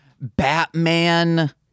Batman